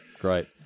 Great